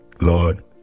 Lord